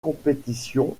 compétition